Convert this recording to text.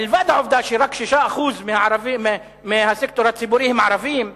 מלבד העובדה שרק 6% בסקטור הציבורי הם ערבים,